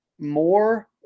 More